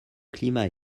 climat